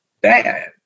bad